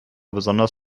besonders